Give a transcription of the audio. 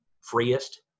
freest